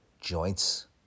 joints